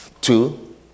two